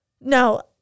no